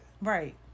Right